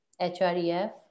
HREF